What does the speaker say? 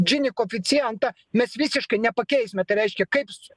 džini koeficientą mes visiškai nepakeisime tai reiškia kaip